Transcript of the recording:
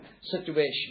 situation